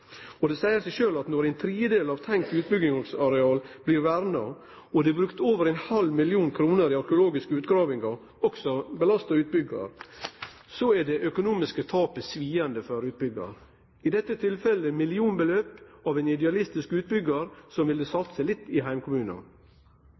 Det seier seg sjølv at når ein tredjedel av tenkt utbyggingsareal blir verna, og det er brukt over 0,5 mill. kr på arkeologiske utgravingar – også belasta utbyggjaren – er det økonomiske tapet svidande for utbyggjaren. I dette tilfellet betyr det millionbeløp for ein idealistisk utbyggjar som ville